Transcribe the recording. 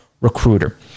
recruiter